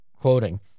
Quoting